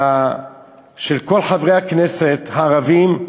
שכל חברי הכנסת הערבים,